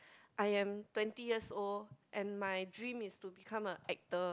I am twenty years old and my dream is to become a actor